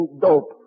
dope